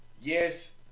yes